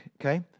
okay